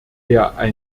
der